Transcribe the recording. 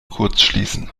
kurzschließen